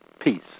Peace